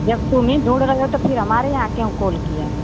जब तुम ही ढूँढ़ रहे थे तो फिर हमारे यहाँ क्यों कॉल किया